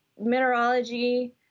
mineralogy